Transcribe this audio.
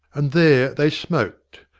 and there they smoked,